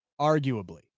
Arguably